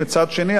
מצד שני,